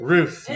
Ruth